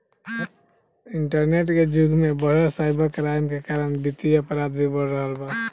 internet के जुग में बढ़त साइबर क्राइम के कारण वित्तीय अपराध भी बढ़ रहल बा